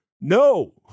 No